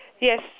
Yes